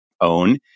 own